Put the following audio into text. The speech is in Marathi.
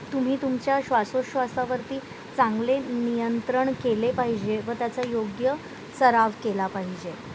तुम्ही तुमच्या श्वासोश्वासावरती चांगले नियंत्रण केले पाहिजे व त्याचा योग्य सराव केला पाहिजे